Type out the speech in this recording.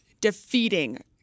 defeating